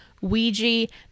Ouija